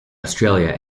australia